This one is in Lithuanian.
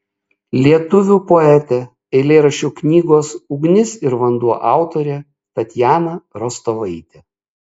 lietuvių poetė eilėraščių knygos ugnis ir vanduo autorė tatjana rostovaitė